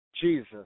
Jesus